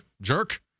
jerk